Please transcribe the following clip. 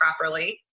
properly